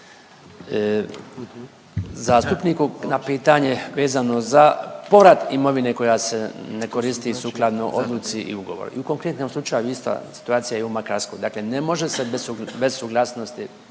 zastupniku na pitanje vezano za povrat imovine koja se ne koristi sukladno odluci i ugovoru. I u konkretnom slučaju ista situacija je i u Makarskoj. Dakle, ne može se bez suglasnosti